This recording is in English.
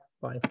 Bye